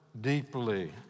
deeply